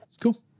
Cool